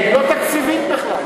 לא תקציבית בכלל.